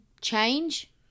change